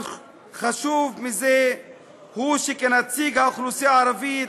אבל חשוב מזה הוא שכנציג האוכלוסייה הערבית